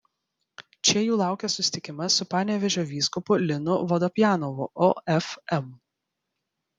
čia jų laukia susitikimas su panevėžio vyskupu linu vodopjanovu ofm